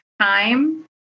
time